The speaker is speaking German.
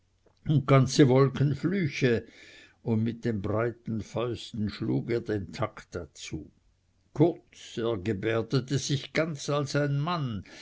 ganze wolken flüche und mit den breiten fäusten schlug er den takt dazu kurz er gebärdete sich ganz als ein mann